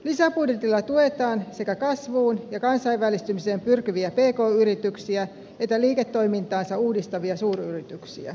lisäbudjetilla tuetaan sekä kasvuun ja kansainvälistymiseen pyrkiviä pk yrityksiä että liiketoimintaansa uudistavia suuryrityksiä